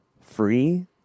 free